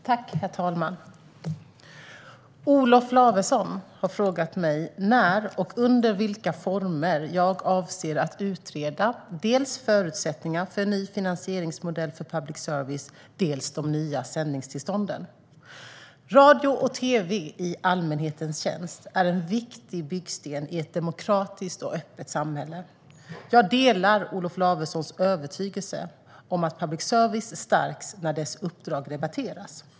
Svar på interpellation Herr talman! Olof Lavesson har frågat mig när och under vilka former jag avser att utreda dels förutsättningarna för en ny finansieringsmodell för public service, dels de nya sändningstillstånden. Radio och tv i allmänhetens tjänst är en viktig byggsten i ett demokratiskt och öppet samhälle. Jag delar Olof Lavessons övertygelse att public service stärks när dess uppdrag debatteras.